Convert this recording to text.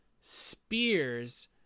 spears